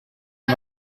him